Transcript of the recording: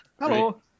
Hello